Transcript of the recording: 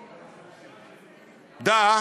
דָה,